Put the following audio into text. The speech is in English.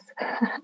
Yes